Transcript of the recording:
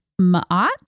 Ma'at